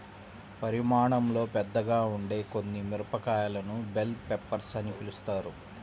పరిమాణంలో పెద్దగా ఉండే కొన్ని మిరపకాయలను బెల్ పెప్పర్స్ అని పిలుస్తారు